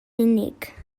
unig